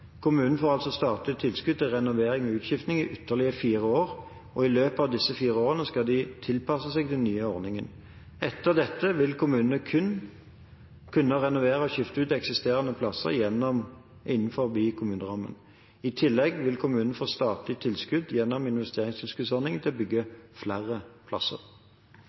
får altså statlige tilskudd til renovering og utskifting i ytterligere fire år, og i løpet av disse fire årene skal de tilpasse seg den nye ordningen. Etter dette vil kommunene kun kunne renovere og skifte ut eksisterende plasser innenfor kommunerammen. I tillegg vil kommunene få statlige tilskudd gjennom investeringstilskuddsordningen til å bygge flere plasser.